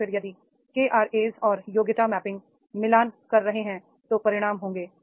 और फिर यदि केआरए और योग्यता मै पिंग मिलान कर रहे हैं तो परिणाम होंगे